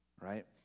right